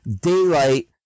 daylight